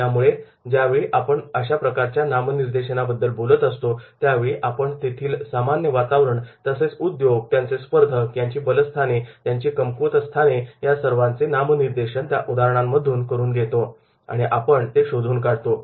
त्यामुळे ज्यावेळी आपण अशा प्रकारच्या नामनिर्देशनाबद्दल बोलत असतो त्यावेळी आपण तेथील सामान्य वातावरण तसेच उद्योग त्यांचे स्पर्धक त्यांची बलस्थाने त्यांची कमकुवतस्थाने या सर्वांचे नामनिर्देशन त्या उदाहरणांमधून करून घेतो आणि आपण ते शोधून काढतो